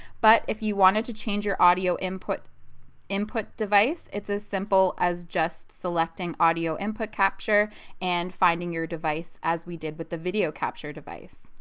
but if you wanted to change your audio input input device it's as simple as just selecting audio input capture and finding your device as we did with the video capture device.